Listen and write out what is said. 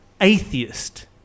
atheist